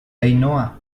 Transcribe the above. ainhoa